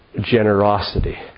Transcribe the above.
generosity